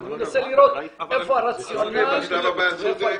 אני מנסה לראות איפה הרציונל ואיפה ההיגיון.